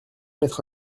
m’être